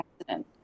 accident